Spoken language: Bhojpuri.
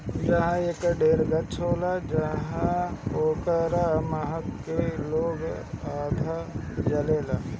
जहाँ एकर ढेर गाछ होला उहाँ ओकरा महक से लोग अघा जालें